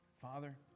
father